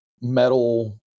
metal